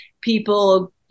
people